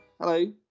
Hello